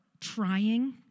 trying